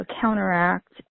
counteract